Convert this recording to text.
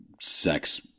sex